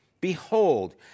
behold